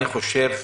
אני חושב,